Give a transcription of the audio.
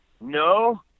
no